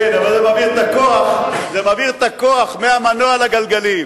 כן, זה מעביר את הכוח מהמנוע לגלגלים.